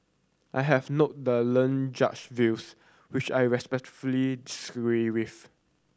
I have noted the learned Judge views which I respectfully disagree with